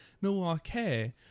Milwaukee